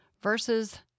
versus